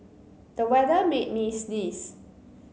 the weather made me sneeze